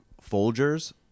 Folger's